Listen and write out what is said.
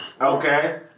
Okay